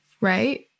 right